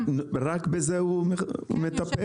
רק בזה הוא מטפל?